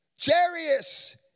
Jarius